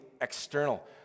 external